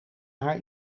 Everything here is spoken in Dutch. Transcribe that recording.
haar